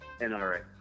NRA